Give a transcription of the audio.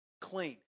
clean